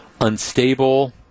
unstable